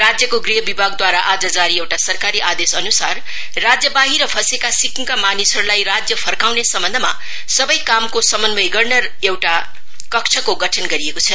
राज्यको गृह विभागद्वारा आज जारी एउटा सरकारी आदेशअनुसार राज्यबाहिर फँसेका सिक्किमका मानिसहरुलाई राज्य फर्काउने सम्बन्धमा सवै कामको समन्वय गर्न एउटा कक्षको गठन गरिएको छ